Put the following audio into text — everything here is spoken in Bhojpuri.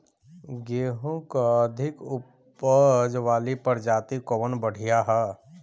गेहूँ क अधिक ऊपज वाली प्रजाति कवन बढ़ियां ह?